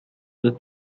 the